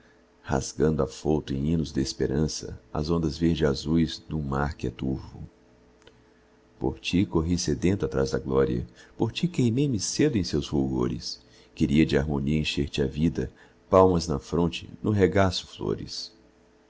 rasgando afouto em hinos desperança as ondas verde azuis dum mar que é turvo por ti corri sedento atrás da glória por ti queimei me cedo em seus fulgores queria de harmonia encher te a vida palmas na fronte no regaço flores